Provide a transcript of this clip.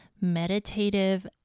meditative